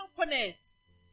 components